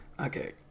Okay